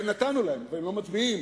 כן נתנו להם והם לא מצביעים.